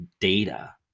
data